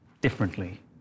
differently